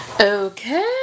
Okay